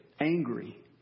angry